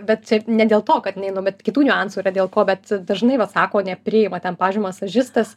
bet čia ne dėl to kad neinu bet kitų niuansų yra dėl ko bet dažnai vat sako nepriima ten pavyzdžiui masažistas